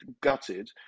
gutted